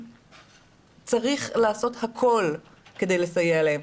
צריך לעשות הכל כדי לסייע להם.